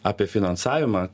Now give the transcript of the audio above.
apie finansavimą